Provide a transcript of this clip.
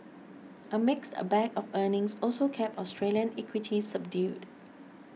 a mixed a bag of earnings also kept Australian equities subdued